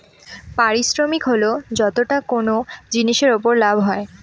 পারিশ্রমিক হল যতটা কোনো জিনিসের উপর লাভ হয়